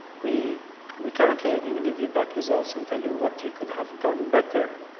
we we currently are going to give you back results and tell you what you could have done better.